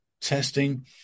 testing